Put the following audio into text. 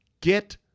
get